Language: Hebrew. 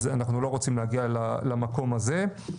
אז אנחנו לא רוצים להגיע למקום הזה.